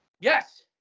Yes